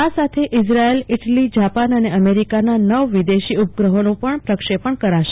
આ સાથે Israel Italy Japan અને અમેરિકાના નવ વિદેશી ઉપગ્રહોનું પણ સાથે પ્રક્ષેપણ થશે